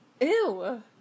Ew